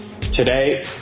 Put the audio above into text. Today